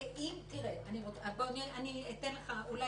תראה, מה אתה יוצר?